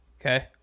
Okay